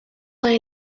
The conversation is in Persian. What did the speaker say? این